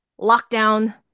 lockdown